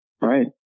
Right